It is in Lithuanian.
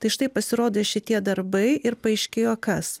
tai štai pasirodė šitie darbai ir paaiškėjo kas